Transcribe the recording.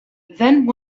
then